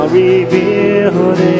revealed